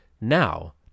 Now